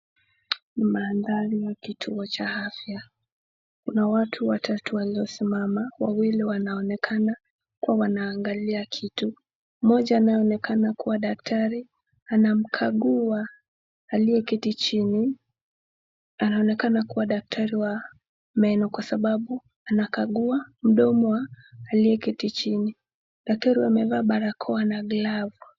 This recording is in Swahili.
Maandhari ya kituo cha afya. Kuna watu watatu waliosimama, wawili wanaonekana kuwa wanaangalia kitu. Mmoja anaonekana kuwa daktari, anamkagua aliyeketi chini. Anaonekana kuwa daktari wa meno kwa sababu anakagua mdomi wa aliyeketi chini. Daktari wamevaa barakoa na glavu.